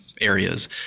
areas